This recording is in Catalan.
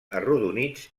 arrodonits